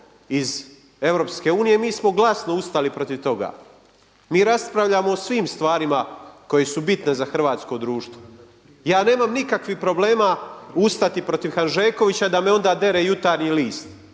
unije mi smo glasno ustali protiv toga. Mi raspravljamo o svim stvarima koje su bitne za hrvatsko društvo. Ja nemam nikakvih problema ustati protiv Hanžekovića da me onda dere Jutarnji list.